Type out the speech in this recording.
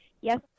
Yes